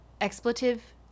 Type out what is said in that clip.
Expletive